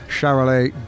Charolais